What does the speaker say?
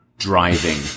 driving